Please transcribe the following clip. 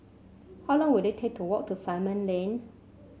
how long will it take to walk to Simon Lane